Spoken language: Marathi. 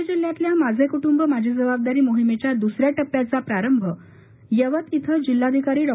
पुणे जिल्ह्यातल्या माझे कुडि माझी जबाबदारी मोहिमेच्या दुसऱ्या पि्याचा प्रारंभ यवत इथ जिल्हाधिकारी डॉ